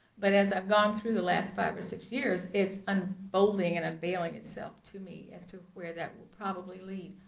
but as i've gone through the last five or six years, it's unfolding and unveiling itself to me as to where that will probably lead.